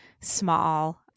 small